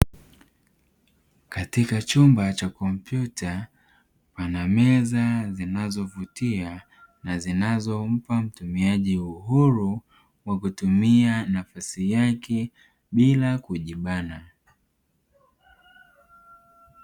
Katika chumba cha kompyuta pana meza zinazovutia na zinazompa mtumiaji uhuru wa kutumia nafasi yake bila kujibana.